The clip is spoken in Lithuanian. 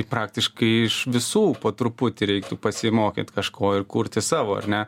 tai praktiškai iš visų po truputį reiktų pasimokyt kažko ir kurti savo ar ne